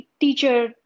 teacher